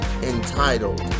Entitled